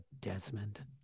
Desmond